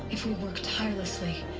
if we work tirelessly.